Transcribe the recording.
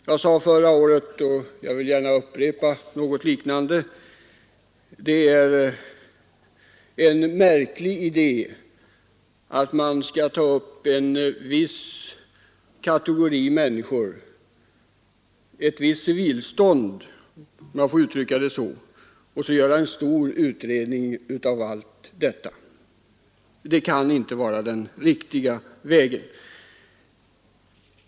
Jag sade förra året, och jag vill gärna upprepa något liknande, att det är en märklig idé att man skall ta upp en viss kategori människor, ett visst civilstånd — om jag får uttrycka det så — och göra en stor utredning av allt som hör därtill. Det kan inte vara den riktiga vägen.